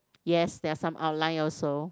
yes there are some outline also